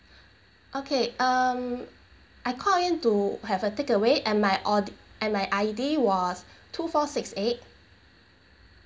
okay um I called in to have a takeaway and my ord~ and my I_D was two four six eight